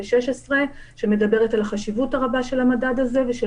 מ-2016 שמדברת על החשיבות הרבה של המדד הזה ושל